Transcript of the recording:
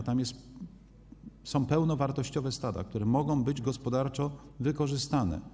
A tam są pełnowartościowe stada, które mogą być gospodarczo wykorzystane.